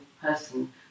person